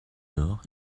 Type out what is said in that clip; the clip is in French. dort